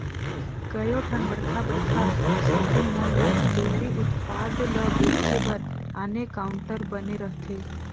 कयोठन बड़खा बड़खा सॉपिंग मॉल में डेयरी उत्पाद ल बेचे बर आने काउंटर बने रहथे